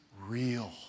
real